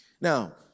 Now